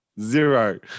zero